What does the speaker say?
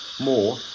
more